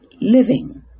living